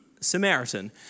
Samaritan